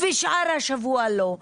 ושאר השבוע לא.